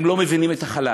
הם לא מבינים את החלש,